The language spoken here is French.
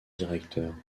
directeurs